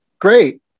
great